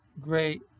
great